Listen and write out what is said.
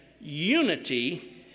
unity